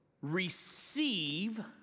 receive